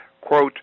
quote